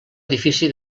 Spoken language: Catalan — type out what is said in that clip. edifici